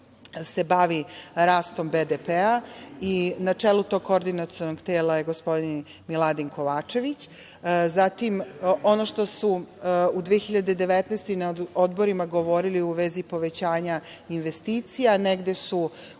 se bavi rastom BDP i na čelu tog Koordinacionog tela je gospodin Miladin Kovačević. Ono što su u 2019. godini na odborima govorili u vezi povećanja investicija negde su